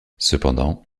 cependant